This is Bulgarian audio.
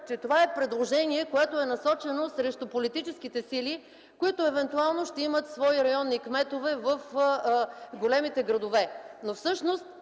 че това е предложение, което е насочено срещу политическите сили, които евентуално ще имат свои районни кметове в големите градове.